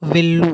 వెళ్ళు